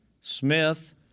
Smith